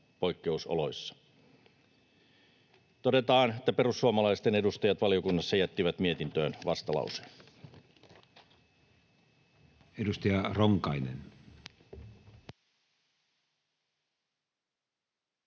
Todetaan, että perussuomalaisten edustajat valiokunnassa jättivät mietintöön vastalauseen.